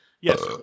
Yes